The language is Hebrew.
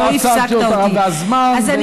שמת לב שלא עצרתי אותך והזמן, לא הפסקת אותי.